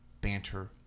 Banter